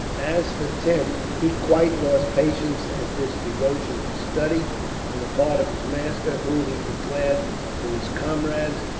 as for tim, he quite lost patience at this devotion to study on the part of his master who, he declared to his comrades,